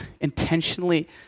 intentionally